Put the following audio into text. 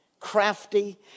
crafty